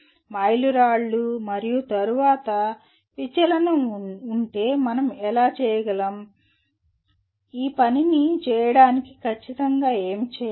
మైలురాళ్ళు మరియు తరువాత విచలనం ఉంటే మనం ఎలా చేయగలం ఎలా చేయగలం ఆ పని చేయడానికి ఖచ్చితంగా ఏమి చేయాలి